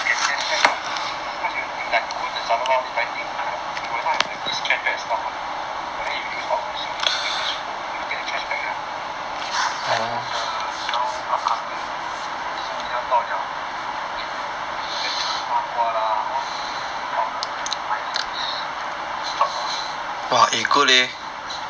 cashback ah cause you won't you like you go the zalora go buy thing I don't think you will not have like this cashback stuff [what] ya then if you use our website this venue then you get cashback lah like you know the now upcoming you know 新年要到了 then you can get like bak kwa lah or you can get from zalora like for each shop